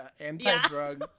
anti-drug